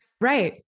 right